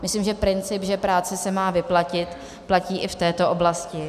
Myslím, že princip, že práce se má vyplatit, platí i v této oblasti.